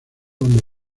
donde